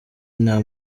nta